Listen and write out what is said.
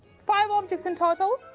five objects in total.